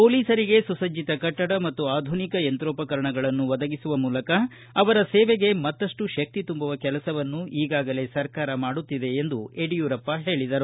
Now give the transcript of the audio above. ಪೊಲೀಸರಿಗೆ ಸುಸಜ್ಜಿತ ಕಟ್ಟಡ ಮತ್ತು ಆಧುನಿಕ ಯಂತ್ರೋಪಕರಣಗಳನ್ನು ಒದಗಿಸುವ ಮೂಲಕ ಅವರ ಸೇವೆಗೆ ಮತ್ತಷ್ಟು ಶಕ್ತಿ ತುಂಬುವ ಕೆಲಸವನ್ನು ಈಗಾಗಲೇ ಸರ್ಕಾರ ಮಾಡುತ್ತಿದೆ ಎಂದು ಯಡಿಯೂರಪ್ಪ ಹೇಳಿದರು